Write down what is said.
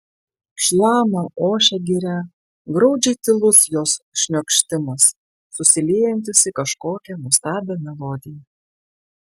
šlama ošia giria graudžiai tylus jos šniokštimas susiliejantis į kažkokią nuostabią melodiją